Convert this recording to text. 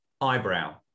eyebrow